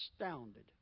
astounded